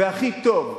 והכי טוב.